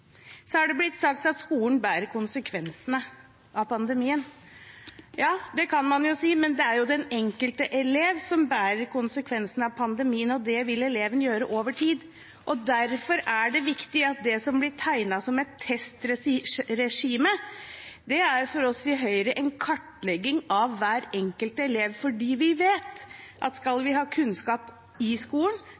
Det har blitt sagt at skolen bærer konsekvensene av pandemien. Ja, det kan man si, men det er den enkelte elev som bærer konsekvensene av pandemien, og det vil eleven gjøre over tid. Derfor er det viktig å understreke at det som blir tegnet som et testregime, for oss i Høyre er en kartlegging av hver enkelt elev, fordi vi vet at skal vi ha kunnskap i skolen,